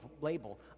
label